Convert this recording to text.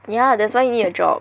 ya that's why you need a job